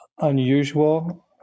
unusual